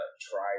try